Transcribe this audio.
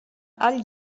all